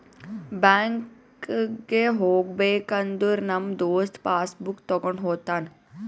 ಬ್ಯಾಂಕ್ಗ್ ಹೋಗ್ಬೇಕ ಅಂದುರ್ ನಮ್ ದೋಸ್ತ ಪಾಸ್ ಬುಕ್ ತೊಂಡ್ ಹೋತಾನ್